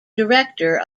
director